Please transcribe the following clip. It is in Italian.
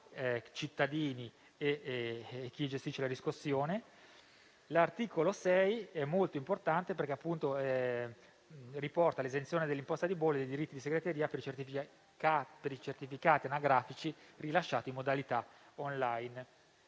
L'articolo 6 è molto importante perché riporta l'esenzione dell'imposta di bollo e dei diritti di segreteria per i certificati anagrafici rilasciati in modalità *online*.